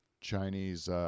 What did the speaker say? Chinese